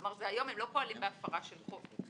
כלומר, היום הם לא פועלים בהפרה של חוק.